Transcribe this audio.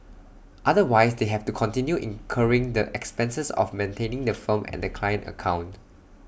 otherwise they have to continue incurring the expenses of maintaining the firm and the client account